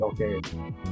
okay